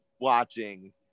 Watching